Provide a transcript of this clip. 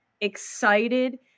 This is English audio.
excited